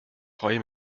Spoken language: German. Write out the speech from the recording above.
freue